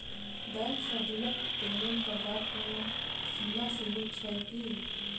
Bank सँ बिलक payment करबाक कोनो सीमा सेहो छैक की?